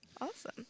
Awesome